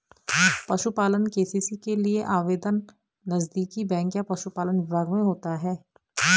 पशुपालन के.सी.सी के लिए आवेदन नजदीकी बैंक तथा पशुपालन विभाग में होता है